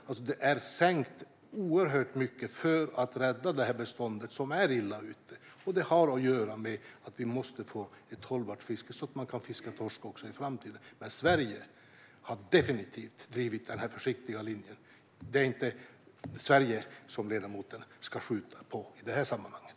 Kvoterna har sänkts oerhört mycket för att rädda beståndet som är illa ute. Det har att göra med att vi måste få ett hållbart fiske så att man kan fiska torsk också i framtiden. Sverige har definitivt drivit den försiktiga linjen. Det är inte Sverige som ledamoten ska skjuta på i det här sammanhanget.